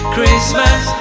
Christmas